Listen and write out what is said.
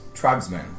tribesmen